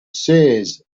seers